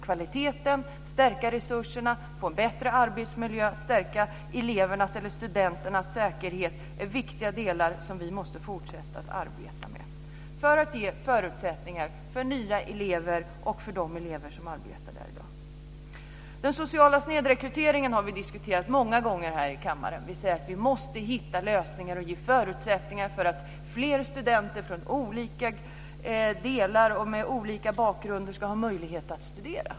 Kvaliteten, att stärka resurserna, att få en bättre arbetsmiljö, att stärka elevernas och studenternas säkerhet är viktiga delar som vi måste fortsätta att arbeta med för att ge förutsättningar för nya elever och för de elever som arbetar där i dag. Den sociala snedrekryteringen har vi diskuterat många gånger här i kammaren. Vi säger att vi måste hitta lösningar och ge förutsättningar för att fler studenter från olika delar och med olika bakgrunder ska ha möjlighet att studera.